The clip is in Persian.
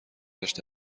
داشت